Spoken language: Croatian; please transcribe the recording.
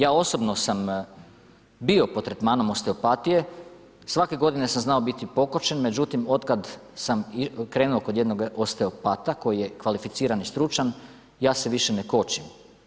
Ja osobno sam bio pod tretmanom osteopatije, svake godine sam znao biti pokočen, međutim, od kada sam krenuo kod jednom osteopata, koji je kvalificiran i stručan ja se više ne kočim.